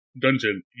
dungeon